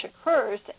occurs